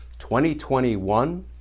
2021